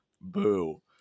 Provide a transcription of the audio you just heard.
Boo